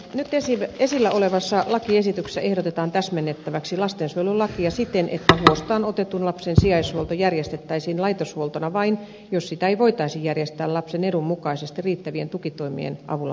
nyt esillä olevassa lakiesityksessä ehdotetaan täsmennettäväksi lastensuojelulakia siten että huostaanotetun lapsen sijaishuolto järjestettäisiin laitoshuoltona vain jos sitä ei voitaisi järjestää lapsen edun mukaisesti riittävien tukitoimien avulla muutoin